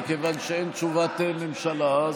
כיוון שאין תשובת ממשלה,